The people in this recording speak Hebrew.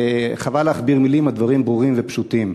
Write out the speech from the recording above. חבל להכביר מילים, הדברים ברורים ופשוטים.